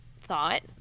thought